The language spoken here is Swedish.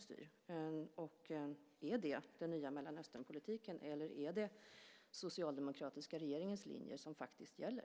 Är det den nya Mellanösternpolitiken eller är det den socialdemokratiska regeringens linje som gäller?